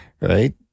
right